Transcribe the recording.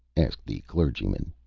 asked the clergyman.